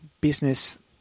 business